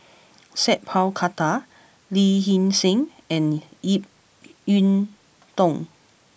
Sat Pal Khattar Lee Hee Seng and Ip Yiu Tung